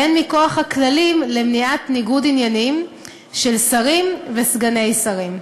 והן מכוח הכללים למניעת ניגוד עניינים של שרים וסגני שרים.